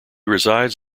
resides